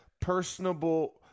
personable